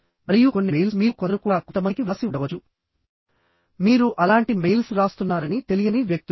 మరియు కొన్ని మెయిల్స్ మీలో కొందరు కూడా కొంతమందికి వ్రాసి ఉండవచ్చు మీరు అలాంటి మెయిల్స్ రాస్తున్నారని తెలియని వ్యక్తులు